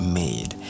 made